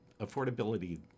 affordability